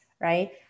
right